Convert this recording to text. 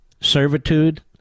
servitude